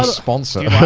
ah sponsor.